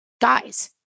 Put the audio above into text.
guys